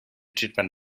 treatment